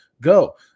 go